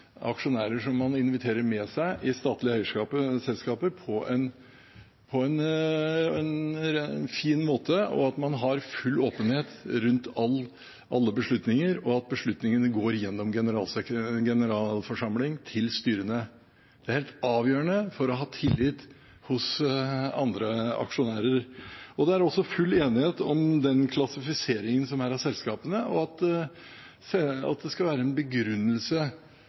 aksjonærer som man inviterer med seg i selskaper med statlig eierskap, på en fin måte, at man har full åpenhet rundt alle beslutninger, og at beslutningene går gjennom generalforsamling til styrene. Det er helt avgjørende for å ha tillit hos andre aksjonærer. Det er også full enighet om den klassifiseringen som er av selskapene, og at det skal være en begrunnelse